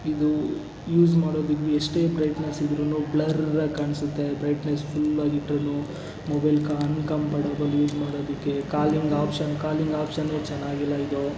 ಇದು ಯೂಸ್ ಮಾಡೋದಿರಲಿ ಎಷ್ಟೇ ಬ್ರೈಟ್ನೆಸ್ಸಿದ್ರೂ ಬ್ಲರ್ರಾಗಿ ಕಾಣಿಸುತ್ತೆ ಬ್ರೈಟ್ನೆಸ್ ಫುಲ್ ಆಗಿಟ್ರೂನು ಮೊಬೈಲ್ ಅನ್ಕಂಫರ್ಟೆಬಲ್ ಯೂಸ್ ಮಾಡೋದಕ್ಕೆ ಕಾಲಿಂಗ್ ಆಪ್ಷನ್ ಕಾಲಿಂಗ್ ಆಪ್ಷನ್ನೇ ಚೆನ್ನಾಗಿಲ್ಲ ಇದು